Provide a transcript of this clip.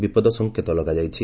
ବିପଦ ସଙ୍କେତ ଲଗାଯାଇଛି